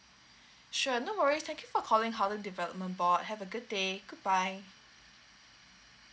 sure no worries thank you for calling holland development board have a good day goodbye